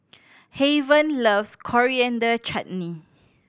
Haven loves Coriander Chutney